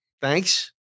Thanks